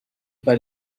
pas